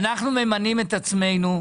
אנחנו ממנים את עצמנו,